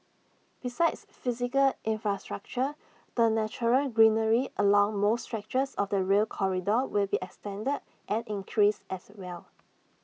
besides physical infrastructure the natural greenery along most stretches of the rail corridor will be extended and increased as well